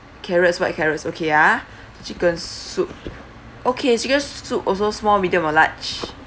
carrots white carrots okay ah chicken soup okay chicken soup also small medium or large